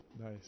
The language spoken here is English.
Nice